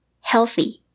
Healthy